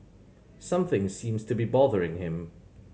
something seems to be bothering him